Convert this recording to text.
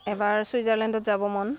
এবাৰ ছুইজাৰলেণ্ডত যাব মন